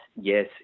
yes